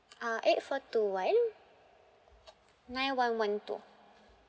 uh eight four two one nine one one two